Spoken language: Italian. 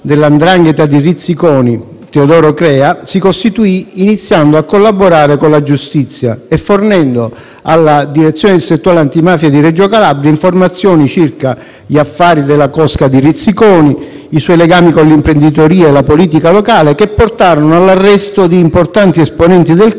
della 'ndrangheta di Rizziconi, Teodoro Crea, si costituì iniziando a collaborare con la giustizia e fornendo alla direzione distrettuale antimafia di Reggio Calabria informazioni circa gli affari della cosca di Rizziconi e i suoi legami con l'imprenditoria e la politica locale, che portarono all'arresto di importanti esponenti del clan